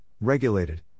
regulated